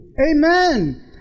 Amen